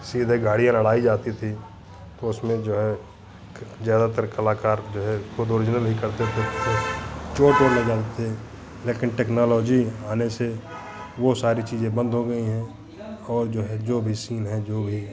सीधे गाड़ियाँ लड़ाई जाती थीं तो उसमें जो है ज़्यादातर कलाकार जो है खुद ओरिजनल ही करते थे तो उससे चोट वोट लग जाती थी लेकिन टेक्नोलॉजी आने से वह सारी चीज़ें बन्द हो गई हैं और जो है जो भी सीन हैं जो भी